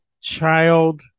child